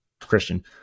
Christian